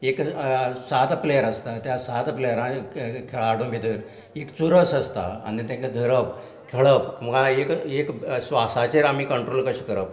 एक सात प्लेयर आसतात त्या सात प्लेयरा खेळाडू भितर एक चुरस आसता आनी तेका धरप खेळप आनी एक एक स्वासाचेर आमी कंट्रोल कशें करप